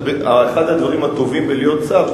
אחד הדברים הטובים בלהיות שר,